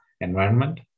environment